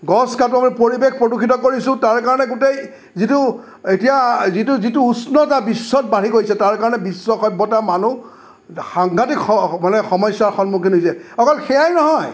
গছ কাটো আমি পৰিৱেশ প্ৰদূষিত কৰিছোঁ তাৰকাৰণে গোটেই যিটো এতিয়া যিটো যিটো উষ্ণতা বিশ্বত বাঢ়ি গৈছে তাৰকাৰণে বিশ্ব সভ্যতা মানুহ সাংঘাতিক মানে সমস্যাৰ সন্মুখীন হৈছে অকল সেইয়াই নহয়